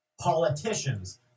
Politicians